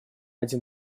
один